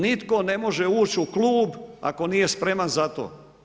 Nitko ne može ući u klub ako nije spreman za to.